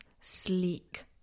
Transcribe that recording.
sleek